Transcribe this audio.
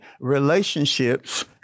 relationships